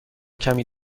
کمی